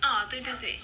oh 对对对